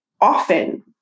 often